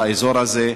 באזור הזה.